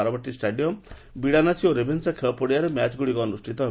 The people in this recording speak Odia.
ବାରବାଟୀ ଷ୍ଟାଡିୟମ ବିଡାନାସୀ ଓ ରେଭେନ୍ସା ଖେଳପଡିଆରେ ମ୍ୟାଚ ଗୁଡିକ ଅନୁଷ୍ଠିତ ହେବ